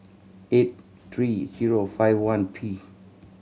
eight three zero five one P